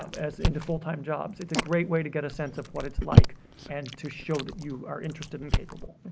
as into full time jobs. it's a great way to get a sense of what it's like and to show that you are interested and capable.